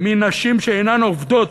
מנשים שאינן עובדות,